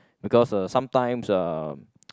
because uh sometimes uh